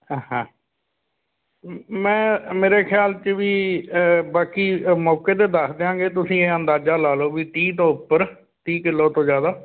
ਹ ਹਾਂ ਮੈਂ ਮੇਰੇ ਖਿਆਲ 'ਚ ਵੀ ਬਾਕੀ ਮੌਕੇ 'ਤੇ ਦੱਸ ਦਿਆਂਗੇ ਤੁਸੀਂ ਇਹ ਅੰਦਾਜ਼ਾ ਲਾ ਲਓ ਵੀ ਤੀਹ ਤੋਂ ਉੱਪਰ ਤੀਹ ਕਿੱਲੋ ਤੋਂ ਜ਼ਿਆਦਾ